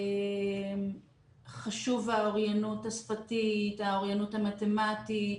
חשובה האוריינות השפתית, האוריינות המתמטית.